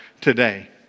today